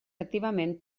activament